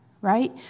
right